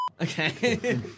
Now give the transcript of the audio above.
okay